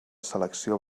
selecció